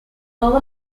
all